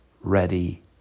ready